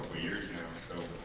years now. so